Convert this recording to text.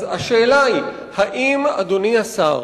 אז השאלה היא: האם אדוני השר